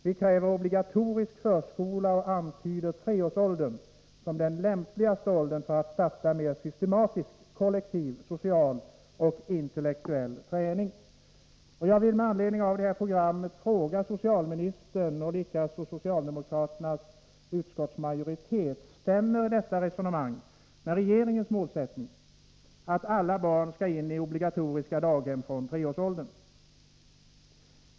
Vi kräver obligatorisk förskola och antyder treårsåldern som den lämpligaste åldern för att starta mer systematisk kollektiv social och intellektuell träning. Jag vill med anledning av det programmet fråga socialministern och företrädaren för socialdemokraternas utskottsmajoritet: Stämmer detta resonemang med regeringens målsättning att alla barn skall in på obligatoriskt daghem från treårsåldern?